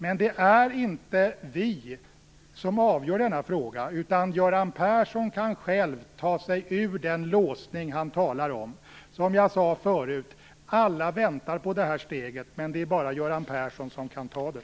Men det är inte vi som avgör denna fråga, utan Göran Persson kan själv ta sig ur den låsning han talar om. Som jag sade förut: Alla väntar på det här steget, men det är bara Göran Persson som kan ta det.